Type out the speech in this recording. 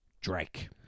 Drake